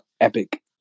epic